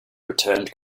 returned